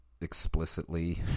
explicitly